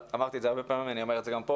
אמרתי את זה הרבה פעמים ואמרתי את זה פה.